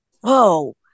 Whoa